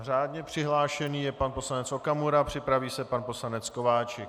Řádně přihlášený je pan poslanec Okamura, připraví se pan poslanec Kováčik.